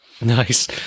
Nice